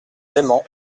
leyment